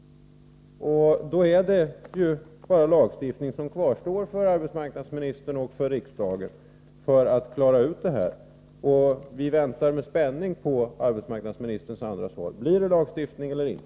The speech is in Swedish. Det är då bara lagstiftning som kvarstår för arbetsmarknadsministern och för riksdagen för att klara ut detta. Vi väntar med spänning på arbetsmarknadsministerns andra svar. Blir det lagstiftning eller inte?